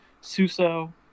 Suso